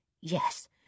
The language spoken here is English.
Yes